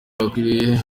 ntibakwiye